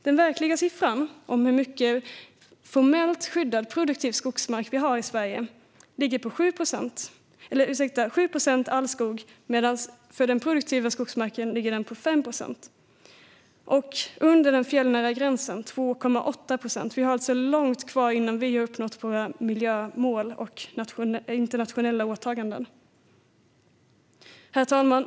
Den verkliga siffran på hur mycket formellt skyddad produktiv skogsmark vi har i Sverige är 5 procent, och under den fjällnära gränsen är den 2,8 procent. Vi har alltså långt kvar innan vi har uppnått våra miljömål och internationella åtaganden. Herr talman!